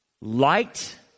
Light